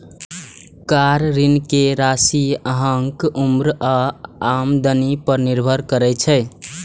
car ऋण के राशि अहांक उम्र आ आमदनी पर निर्भर करै छै